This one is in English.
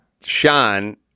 Sean—